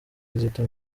kizito